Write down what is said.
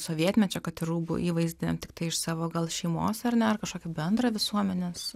sovietmečio kad ir rūbų įvaizdį tiktai iš savo gal šeimos ar ne ar kažkokį bendrą visuomenės